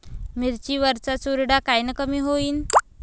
मिरची वरचा चुरडा कायनं कमी होईन?